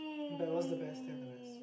but it was the best damn the best